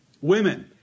Women